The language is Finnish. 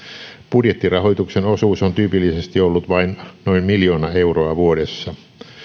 budjettirahoituksen osuus on tyypillisesti ollut vain noin miljoona euroa vuodessa